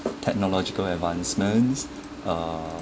technological advancements uh